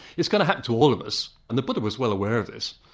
it's going to happen to all of us, and the buddha was well aware of this.